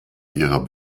ihrer